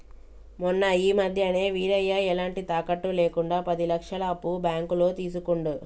మొన్న ఈ మధ్యనే వీరయ్య ఎలాంటి తాకట్టు లేకుండా పది లక్షల అప్పు బ్యాంకులో తీసుకుండు